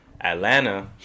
Atlanta